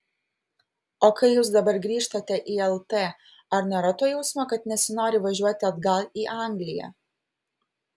o kai jūs dabar grįžtate į lt ar nėra to jausmo kad nesinori važiuoti atgal į angliją